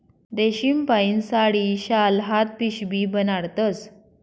रेशीमपाहीन साडी, शाल, हात पिशीबी बनाडतस